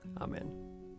Amen